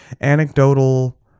anecdotal